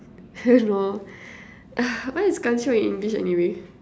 no what is kanchiong in English anyway